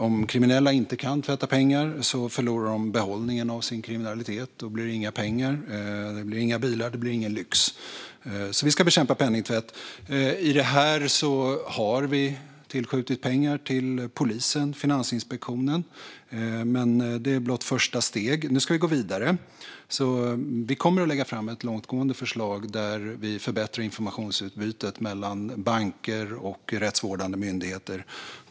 Om kriminella inte kan tvätta pengar förlorar de behållningen av sin kriminalitet; då blir det inga pengar, inga bilar och ingen lyx. Vi ska alltså bekämpa penningtvätt. I detta har vi tillskjutit pengar till polisen och Finansinspektionen, men det är blott ett första steg. Nu ska vi gå vidare, och vi kommer att lägga fram ett långtgående förslag där vi förbättrar informationsutbytet mellan banker och rättsvårdande myndigheter.